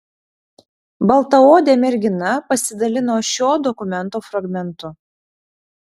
baltaodė mergina pasidalino šio dokumento fragmentu